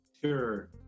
Sure